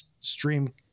stream